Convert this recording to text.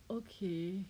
okay